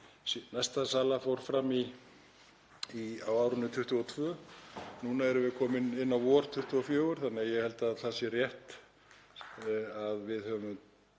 Næsta sala fór fram á árinu 2022. Núna erum við komin inn á vor 2024 þannig að ég held að það sé rétt að við höfum